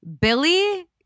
Billy